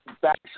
back